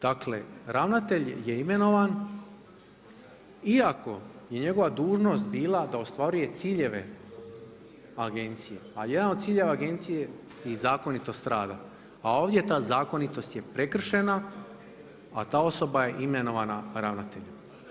Dakle ravnatelj je imenovan iako je njegova dužnost bila da ostvaruje ciljeve agencije a jedan od ciljeva agencije je zakonitost rada a ovdje ta zakonitost je prekršena a ta osoba je imenovana ravnateljem.